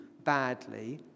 badly